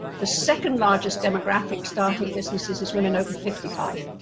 the second largest demographic starting businesses is women over fifty five.